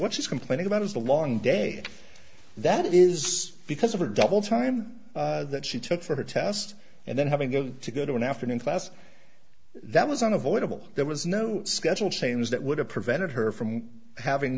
what she's complaining about is the long day that it is because of her double time that she took for her test and then having to go to an afternoon class that was unavoidable there was no schedule change that would have prevented her from having